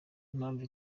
impamvu